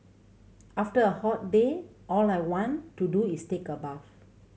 after a hot day all I want to do is take a bath